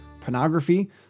pornography